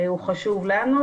הוא חשוב לנו,